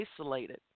isolated